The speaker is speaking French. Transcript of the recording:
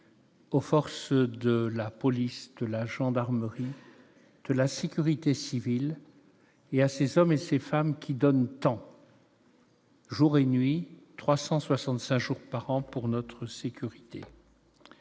Aux forces de la police de la gendarmerie, de la sécurité civile et à ces hommes et ces femmes qui donne tant. Jour et nuit 365 jours par an, pour notre sécurité.